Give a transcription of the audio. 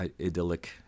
idyllic